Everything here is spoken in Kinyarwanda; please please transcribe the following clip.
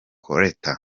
colette